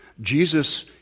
Jesus